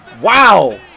Wow